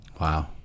Wow